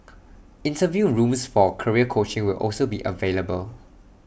interview rooms for career coaching will also be available